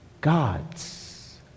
gods